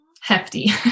hefty